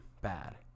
bad